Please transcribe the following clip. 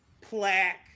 plaque